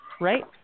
right